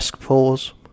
pause